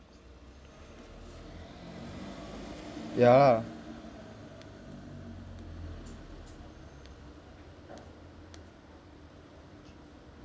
ya lah